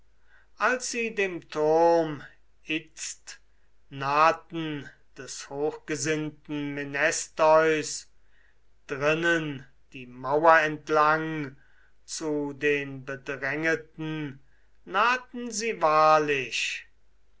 als sie dem turm itzt nahten des hochgesinnten menestheus drinnen die mauer entlang zu bedrängeten nahten sie wahrlich